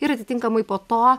ir atitinkamai po to